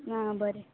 आ बरें